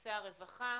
בנושא הרווחה.